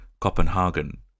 Copenhagen